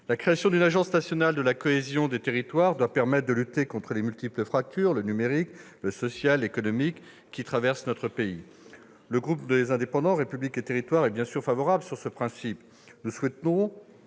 La création d'une agence nationale de la cohésion des territoires doit permettre de lutter contre les multiples fractures- numérique, sociale, économique -qui traversent notre pays. Sur le principe, le groupe Les Indépendants - République et Territoires y est bien sûr favorable. Nous soutenons